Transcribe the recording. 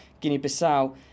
Guinea-Bissau